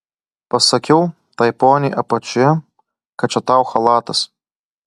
pasakiau tai poniai apačioje kad čia tau chalatas